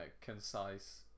concise